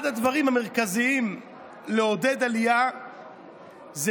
אחד הדברים המרכזיים בעידוד עלייה זה